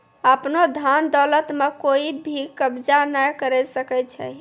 आपनो धन दौलत म कोइ भी कब्ज़ा नाय करै सकै छै